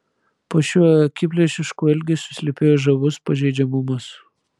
po šiuo akiplėšišku elgesiu slypėjo žavus pažeidžiamumas